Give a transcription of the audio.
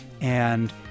And-